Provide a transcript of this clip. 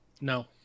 No